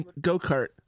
go-kart